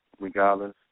regardless